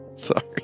Sorry